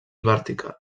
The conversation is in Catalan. vertical